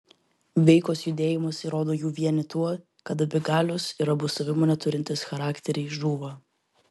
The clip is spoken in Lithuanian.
veikos judėjimas įrodo jų vienį tuo kad abi galios ir abu savimonę turintys charakteriai žūva